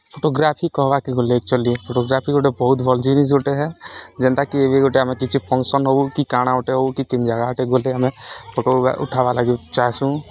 photography କହେବାକେ ଗଲେ actually photography ଗୁଟେ ବହୁତ୍ ଭଲ୍ ଜିନିଷ୍ ଗୁଟେ ଯେନ୍ତାକି ଏବେ ଗୁଟେ ଆମେ କିଛି ଫଙ୍କ୍ସନ୍ ହଉ କି କଣା ଗୁଟେ ହଉ କି କେନ୍ ଜାଗା ଗୁଟେ ଗଲେ ଆମେ ଫଟୋ ଉଠାବାର୍ଲାଗି ଚାହେଁସୁଁ